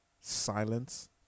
silence